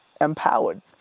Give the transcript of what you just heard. empowered